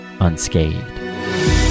unscathed